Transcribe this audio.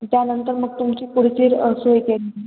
त्यानंतर मग तुमची पुढची सोय केली जाईल